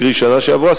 קרי בשנה שעברה,